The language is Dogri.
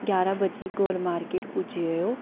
ग्यारां बजे गोल मार्किट पुज्जी जाएओ